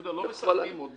יהודה, לא מסכמים עדיין.